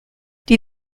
die